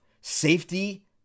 safety